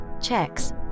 Checks